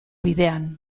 bidean